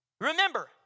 Remember